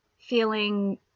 feeling